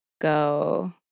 go